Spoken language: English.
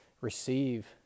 receive